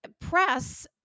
press